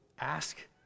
Ask